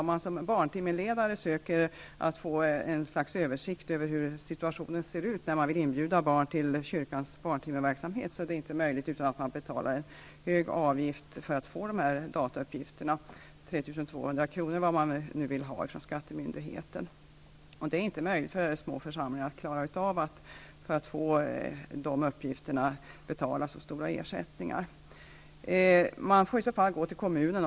Om man som barntimmeledare försöker få ett slags överblick över situation när man vill inbjuda barn till kyrkans barntimmeverksamhet, är det inte möjligt om man inte betalar en stor avgift -- 3 200 kr. eller vad skattemyndigheten nu vill ha. Små församlingar klarar inte av att betala så stor ersättning för att få dessa uppgifter. Man får i så fall gå till kommunen.